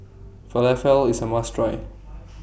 Falafel IS A must Try